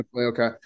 Okay